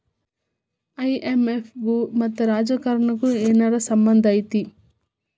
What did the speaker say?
IMF ಗು ಮತ್ತ ರಾಜಕಾರಣಕ್ಕು ಏನರ ಸಂಭಂದಿರ್ತೇತಿ?